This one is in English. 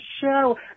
show